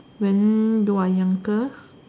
when you are younger